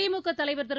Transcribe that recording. திமுகதலைவர் திரு